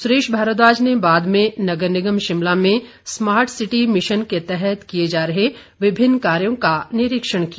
सुरेश भारद्वाज ने बाद में नगर निगम शिमला में स्मार्ट सिटी मिशन के तहत किए जा रहे विभिन्न कार्यो का निरीक्षण किया